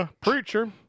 Preacher